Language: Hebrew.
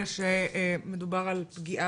כשמדובר על פגיעה